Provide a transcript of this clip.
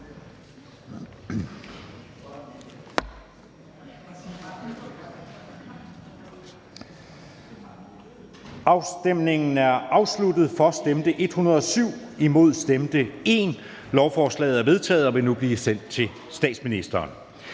Scavenius (UFG)), hverken for eller imod stemte 0. Forslaget er vedtaget og vil nu blive sendt til statsministeren.